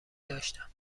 داشتم